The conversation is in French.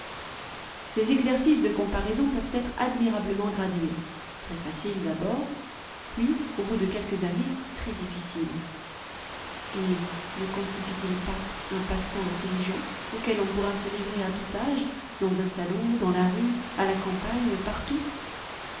ces exercices de comparaison peuvent être admirablement gradués très faciles d'abord puis au bout de quelques années très difficiles et ne constituent ils pas un passe-temps intelligent auquel on pourra se livrer à tout âge dans un salon dans la rue à la campagne partout